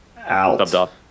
Out